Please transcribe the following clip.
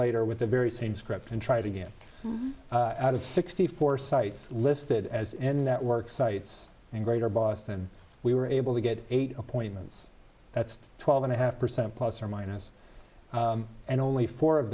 later with the very same script and try to get out of sixty four sites listed as any network sites and greater boston we were able to get eight appointments that's twelve and a half percent plus or minus and only four of